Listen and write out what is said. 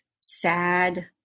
sad